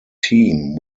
team